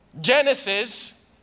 Genesis